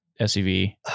SUV